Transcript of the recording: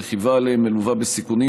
הרכיבה עליהם מלווה בסיכונים,